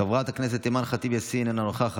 חבר הכנסת ואליד טאהא,